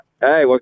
Hey